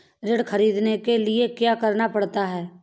ऋण ख़रीदने के लिए क्या करना पड़ता है?